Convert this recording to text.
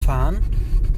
fahren